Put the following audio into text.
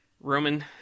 Roman